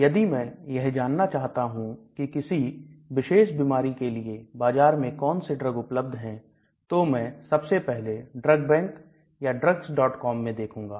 यदि मैं यह जानना चाहता हूं कि किसी विशेष बीमारी के लिए बाजार में कौन से ड्रग उपलब्ध है तो मैं सबसे पहले drug bank या drugscom मैं देखूंगा